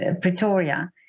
Pretoria